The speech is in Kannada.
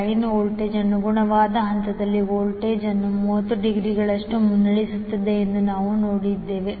ಲೈನ್ ವೋಲ್ಟೇಜ್ ಅನುಗುಣವಾದ ಹಂತದ ವೋಲ್ಟೇಜ್ ಅನ್ನು 30 ಡಿಗ್ರಿಗಳಷ್ಟು ಮುನ್ನಡೆಸುತ್ತದೆ ಎಂದು ನಾವು ನೋಡಿದ್ದೇವೆ